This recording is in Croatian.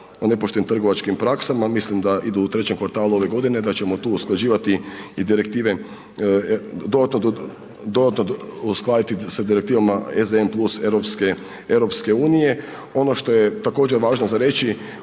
nepoštenim trgovačkim praksama, mislim da idu u trećem kvartalu ove godine, da ćemo tu usklađivati i direktive, uskladiti sa direktivama ECN+ EU. Ono što je također važno za reći,